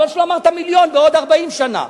חבל שלא אמרת מיליון בעוד 40 שנה.